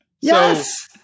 Yes